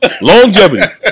Longevity